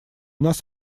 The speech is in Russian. нас